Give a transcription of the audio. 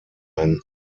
ein